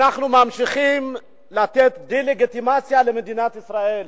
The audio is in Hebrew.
אנחנו ממשיכים לתת דה-לגיטימציה למדינת ישראל